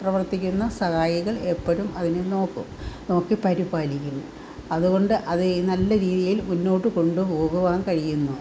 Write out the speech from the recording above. കൂടെ പ്രവർത്തിക്കുന്ന സഹായികൾ എപ്പോഴും അതിനെ നോക്കും നോക്കി പരിപാലിക്കും അതുകൊണ്ട് അത് നല്ല രീതിയിൽ മുന്നോട്ട് കൊണ്ടുപോകുവാൻ കഴിയുന്നു